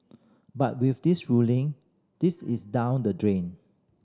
but with this ruling this is down the drain